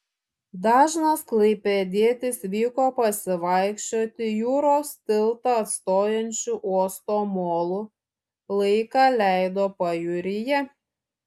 dažnas klaipėdietis vyko pasivaikščioti jūros tiltą atstojančiu uosto molu laiką leido pajūryje